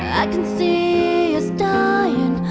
i can see us dying